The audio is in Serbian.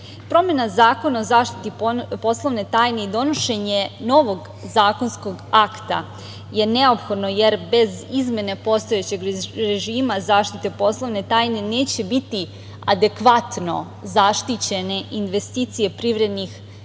Promena Zakona o zaštiti poslovne tajne i donošenje novog zakonskog akta je neophodno jer bez izmene postojećeg režima zaštite poslovne tajne neće biti adekvatno zaštićene investicije privrednih